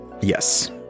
Yes